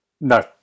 No